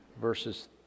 verses